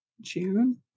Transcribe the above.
June